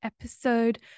episode